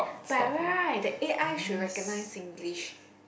but right the a_i should recognise Singlish